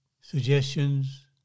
suggestions